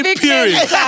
period